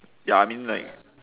ya I mean like